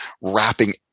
wrapping